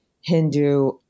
Hindu